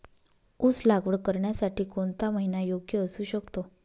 ऊस लागवड करण्यासाठी कोणता महिना योग्य असू शकतो?